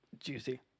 juicy